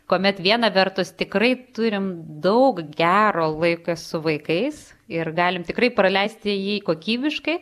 kuomet viena vertus tikrai turim daug gero laiko su vaikais ir galim tikrai praleisti jį kokybiškai